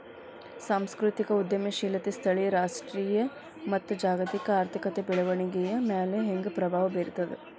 ಸಾಂಸ್ಕೃತಿಕ ಉದ್ಯಮಶೇಲತೆ ಸ್ಥಳೇಯ ರಾಷ್ಟ್ರೇಯ ಮತ್ತ ಜಾಗತಿಕ ಆರ್ಥಿಕತೆಯ ಬೆಳವಣಿಗೆಯ ಮ್ಯಾಲೆ ಹೆಂಗ ಪ್ರಭಾವ ಬೇರ್ತದ